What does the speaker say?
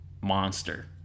monster